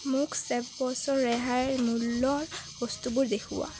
মোক চেফবছৰ ৰেহাই মূল্যৰ বস্তুবোৰ দেখুওৱা